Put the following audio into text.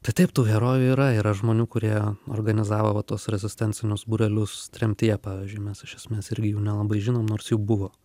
tai taip tų herojų yra yra žmonių kurie organizavo va tuos rezistencinius būrelius tremtyje pavyzdžiui mes iš esmės irgi jų nelabai žinom nors jų buvo